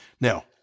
Now